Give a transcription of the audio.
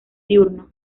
diurno